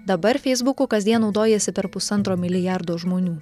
dabar feisbuku kasdien naudojasi per pusantro milijardo žmonių